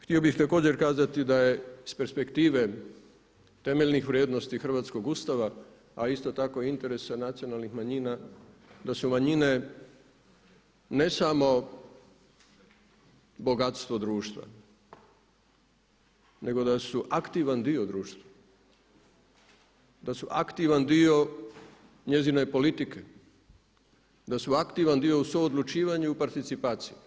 Htio bih također kazati da je iz perspektive temeljnih vrijednosti Hrvatskog ustava a isto tako i interesa nacionalnih manjina da su manjine ne samo bogatstvo društva nego da su aktivan dio društva, da su aktivan dio njezine politike, da su aktivan dio u suodlučivanju i participaciji.